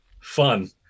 fun